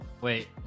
Wait